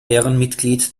ehrenmitglied